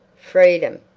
freedom!